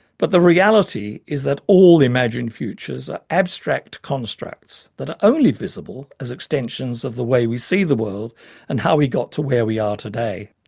but the reality is that all imagined futures are abstract constructs that are only visible as extensions of the way we see the world and how we got to where we are today.